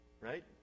right